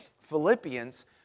Philippians